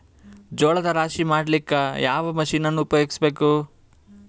ಜೋಳದ ರಾಶಿ ಮಾಡ್ಲಿಕ್ಕ ಯಾವ ಮಷೀನನ್ನು ಉಪಯೋಗಿಸಬೇಕು?